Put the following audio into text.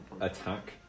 attack